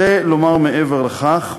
אני רוצה לומר, מעבר לכך,